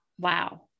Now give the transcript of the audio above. wow